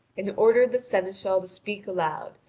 and ordered the seneschal to speak aloud,